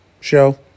show